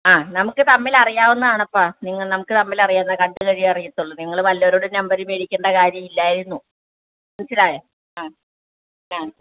ആ നമുക്ക് തമ്മിൽ അറിയാവുന്നതാണ് അപ്പാ നിങ്ങൾ നമുക്ക് തമ്മിൽ അറിയാം കണ്ടുകഴിഞ്ഞാൽ അറിയുള്ളൂ നിങ്ങൾ വല്ലവരോടും നമ്പർ മേടിക്കേണ്ട കാര്യമില്ലായിരുന്നു മനസ്സിലായോ ആ ആ